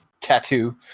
tattoo